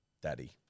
Daddy